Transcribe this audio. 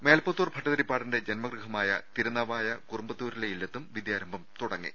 മേൽപ്പത്തൂർ ഭട്ടതിരിപ്പാടിന്റെ ജന്മഗൃഹമായ തിരുനാവായ കുറുമ്പത്തൂ രിലെ ഇല്ലത്തും വിദ്യാരംഭം തുടങ്ങി